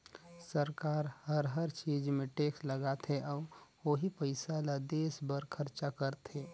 सरकार हर हर चीच मे टेक्स लगाथे अउ ओही पइसा ल देस बर खरचा करथे